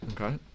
Okay